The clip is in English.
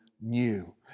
new